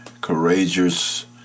courageous